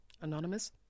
Anonymous